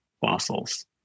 fossils